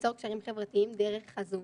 ליצור קשרים חברתיים דרך הזום